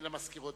אין למזכיר הודעה.